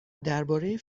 درباره